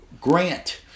grant